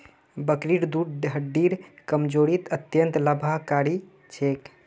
बकरीर दूध हड्डिर कमजोरीत अत्यंत लाभकारी छेक